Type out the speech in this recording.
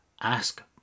ask